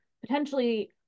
potentially